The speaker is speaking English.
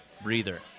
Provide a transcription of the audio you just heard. breather